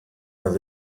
las